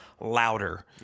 louder